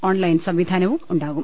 online സംവിധാനവും ഉണ്ടാകും